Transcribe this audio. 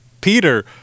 peter